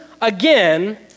again